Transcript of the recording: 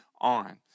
on